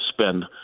spend